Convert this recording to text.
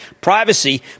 privacy